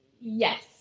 Yes